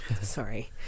sorry